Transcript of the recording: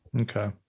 Okay